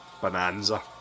Bonanza